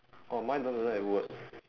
oh mine don't doesn't have words